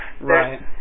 Right